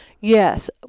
yes